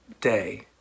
day